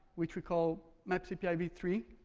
which we call maps api v three.